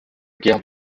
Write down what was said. guerre